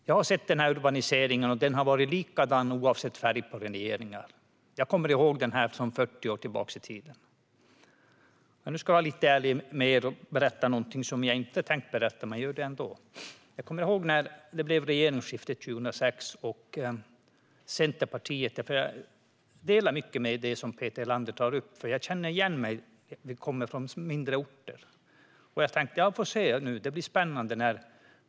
Jag har sett urbaniseringen, och den har varit likadan oavsett färg på regering. Jag känner till detta sedan 40 år tillbaka i tiden. Nu ska jag vara lite ärlig mot er och berätta någonting som jag inte hade tänkt berätta. Jag kommer ihåg när det blev regeringsskifte 2006 - jag känner igen mycket av det som Peter Helander tar upp, eftersom vi kommer från mindre orter - och jag tänkte: Vi får se nu, det här blir spännande.